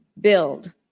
build